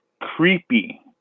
creepy